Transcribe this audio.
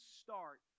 start